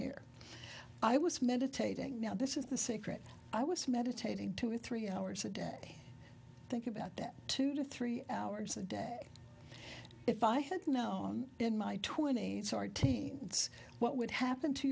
here i was meditating now this is the secret i was meditating two or three hours a day think about that two to three hours a day if i had known in my twenty's sartain that's what would happen to